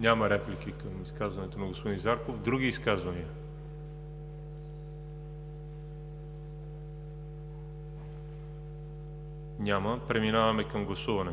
Няма реплики към изказването на господин Зарков. Други изказвания? Няма. Преминаваме към гласуване.